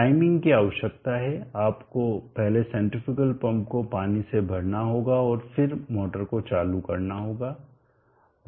priming की आवश्यकता है आपको पहले सेंट्रीफ्यूगल पंप को पानी से भरना होगा और फिर मोटर को चालू करना होगा